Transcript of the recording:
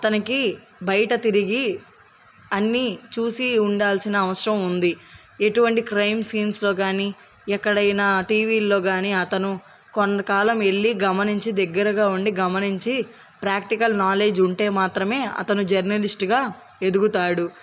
అతనికి బయట తిరిగి అన్న చూసి ఉండాల్సిన అవసరం ఉంది ఎటువంటి క్రైమ్ సీన్స్లో కానీ ఎక్కడైనా టీవీల్లో కానీ అతను కొన్ని కాలం వెళ్లి గమనించి దగ్గరగా ఉండి గమనించి ప్రాక్టికల్ నాలెడ్జ్ ఉంటే మాత్రమే అతను జర్నలిస్ట్గా ఎదుగుతాడు